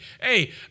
Hey